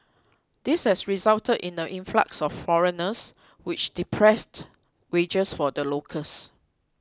this has resulted in the influx of foreigners which depressed wages for the locals